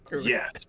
Yes